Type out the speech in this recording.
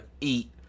eat